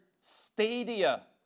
stadia